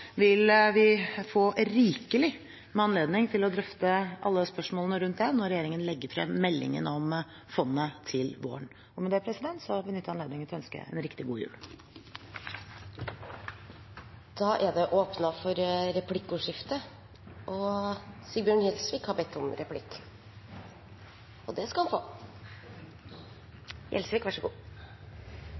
vil vi få rikelig anledning til å drøfte alle spørsmålene rundt det når regjeringen legger frem meldingen om fondet til våren. Med dette benytter jeg anledningen til å ønske en riktig god jul. Det blir replikkordskifte. Jeg vil også benytte anledningen til å ønske statsråden og alle andre her i salen god jul! Men mitt innlegg og det